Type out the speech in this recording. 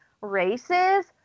races